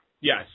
Yes